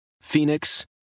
Phoenix